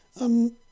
Um